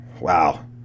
Wow